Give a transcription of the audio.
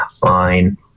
Fine